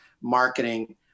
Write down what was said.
marketing